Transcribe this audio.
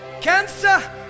Cancer